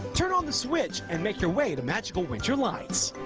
turn on the switch and make your way to magical winter lights.